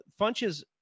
Funches